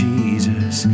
Jesus